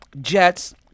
Jets